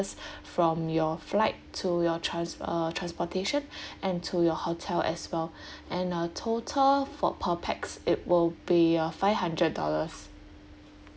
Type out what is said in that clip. from your flight to your trans~ uh transportation and to your hotel as well and uh total for per pax it will be uh five hundred dollars